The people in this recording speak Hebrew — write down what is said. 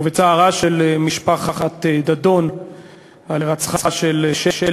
ובצערה של משפחת דדון על הירצחה של שלי,